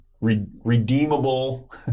redeemable